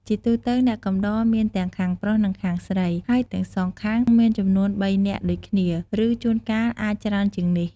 ជាទូទៅអ្នកកំដរមានទាំងខាងប្រុសនិងខាងស្រី ហើយទាំងសងមានចំនួន ៣នាក់ ដូចគ្នា ឬជួនកាលអាចច្រើនជាងនេះ។